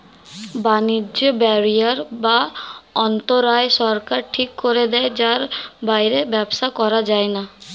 বাণিজ্য ব্যারিয়ার বা অন্তরায় সরকার ঠিক করে দেয় যার বাইরে ব্যবসা করা যায়না